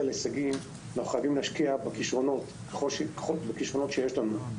להישגים אנחנו חייבים להשקיע בכישרונות שיש לנו.